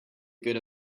good